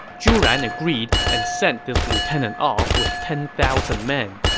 zhu ran agreed and sent his lieutenant off with ten thousand men